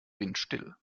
windstill